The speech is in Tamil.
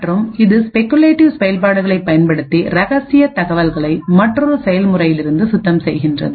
மற்றும் இது ஸ்பெகுலேட்டிவ் செயல்பாடுகளை பயன்படுத்தி ரகசிய தகவல்களை மற்றொரு செயல்முறையிலிருந்து சுத்தம் செய்கிறது